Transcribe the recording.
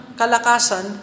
kalakasan